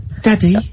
Daddy